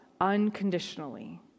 unconditionally